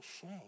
shame